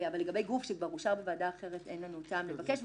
אבל לגבי גוף שכבר אושר בוועדה אחרת אין לנו טעם לבקש.